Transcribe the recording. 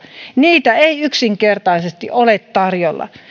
niitä ei yksinkertaisesti ole tarjolla